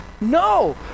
No